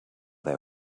they